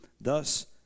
thus